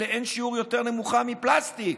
היא לאין שיעור יותר נמוכה מאשר מפלסטיק,